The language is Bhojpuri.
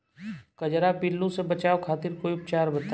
कजरा पिल्लू से बचाव खातिर कोई उपचार बताई?